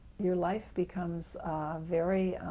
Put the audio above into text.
your life becomes very